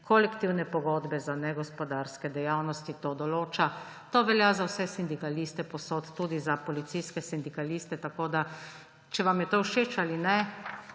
Kolektivne pogodbe za negospodarske dejavnosti to določa. To velja za vse sindikaliste povsod, tudi za policijske sindikaliste. Če vam je to všeč ali ne,